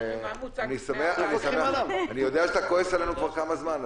אני יודע שאתה כועס עלינו כבר כמה זמן,